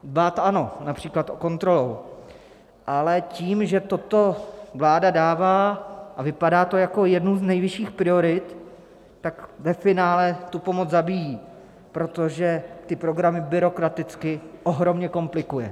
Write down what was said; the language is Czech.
Dbát ano, například kontrolou, ale tím, že toto vláda dává a vypadá to jako jedna z nejvyšších priorit, ve finále tu pomoc zabíjí, protože programy byrokraticky ohromně komplikuje.